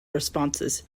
responses